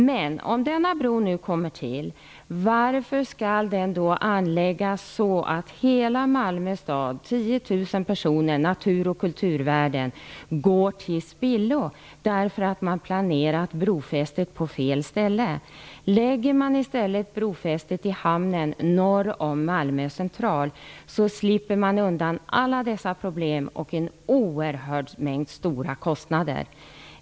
Men om denna bro nu kommer till stånd, varför skall den då anläggas så att hela Malmö stad, 10 000 personer, natur och kulturvärden, går till spillo därför att man planerar brofästet på fel ställe? Lägger man i stället brofästet i hamnen norr om Malmö central slipper man undan alla dessa problem och en oerhörd mängd stora kostnader.